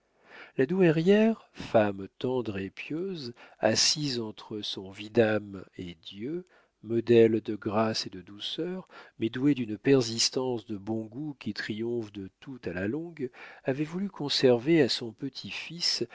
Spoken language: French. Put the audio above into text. la douairière femme tendre et pieuse assise entre son vidame et dieu modèle de grâce et de douceur mais douée d'une persistance de bon goût qui triomphe de tout à la longue avait voulu conserver à son petit-fils